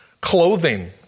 clothing